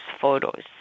photos